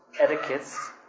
etiquettes